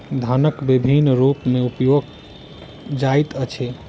धनक विभिन्न रूप में उपयोग जाइत अछि